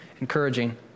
Encouraging